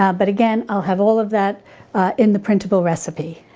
ah but again, i'll have all of that in the printable recipe.